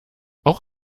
auch